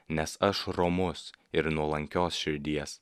nes aš romus ir nuolankios širdies